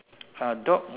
a dog